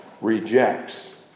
rejects